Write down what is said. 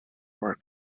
our